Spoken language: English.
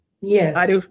Yes